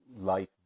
life